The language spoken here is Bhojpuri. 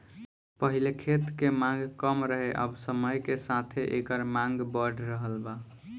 पहिले खेत के मांग कम रहे अब समय के साथे एकर मांग बढ़ रहल बा